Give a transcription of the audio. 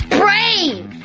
brave